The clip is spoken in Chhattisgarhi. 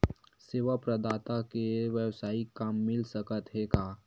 सेवा प्रदाता के वेवसायिक काम मिल सकत हे का?